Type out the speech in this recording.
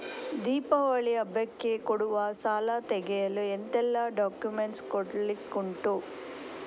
ದೀಪಾವಳಿ ಹಬ್ಬಕ್ಕೆ ಕೊಡುವ ಸಾಲ ತೆಗೆಯಲು ಎಂತೆಲ್ಲಾ ಡಾಕ್ಯುಮೆಂಟ್ಸ್ ಕೊಡ್ಲಿಕುಂಟು?